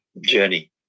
journey